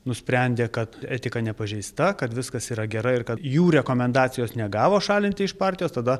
nusprendė kad etika nepažeista kad viskas yra gerai ir kad jų rekomendacijos negavo šalinti iš partijos tada